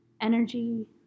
Energy